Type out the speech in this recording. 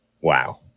Wow